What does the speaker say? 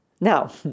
Now